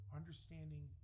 understanding